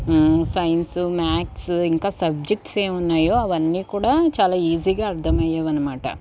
science maths ఇంకా subjects ఏమున్నాయో అవన్నీ కూడా చాలా ఈజీగా అర్థమయ్యేవి అనమాట